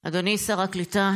אדוני שר הקליטה,